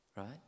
right